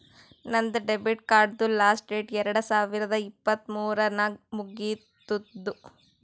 ನಂದ್ ಡೆಬಿಟ್ ಕಾರ್ಡ್ದು last date ಎರಡು ಸಾವಿರದ ಇಪ್ಪತ್ ಮೂರ್ ನಾಗ್ ಮುಗಿತ್ತುದ್